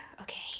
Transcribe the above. okay